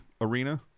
Arena